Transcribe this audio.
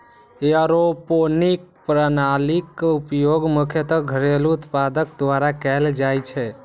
aeroponic प्रणालीक उपयोग मुख्यतः घरेलू उत्पादक द्वारा कैल जाइ छै